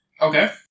Okay